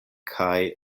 kaj